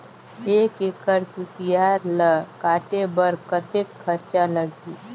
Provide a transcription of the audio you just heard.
एक एकड़ कुसियार ल काटे बर कतेक खरचा लगही?